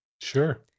Sure